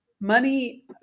Money